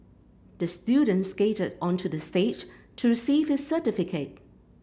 the student skated onto the stage to receive his certificate